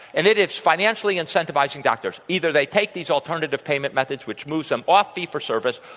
and it is financially incentivizing doctors. either they take these alternative payment methods, which moves them off fee-for-service,